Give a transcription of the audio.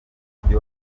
umujyi